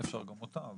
אפשר גם אותם,